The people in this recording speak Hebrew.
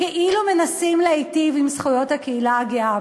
כאילו מנסים להיטיב עם זכויות הקהילה הגאה.